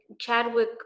Chadwick